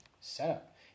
setup